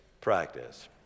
practice